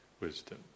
wisdom